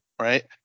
right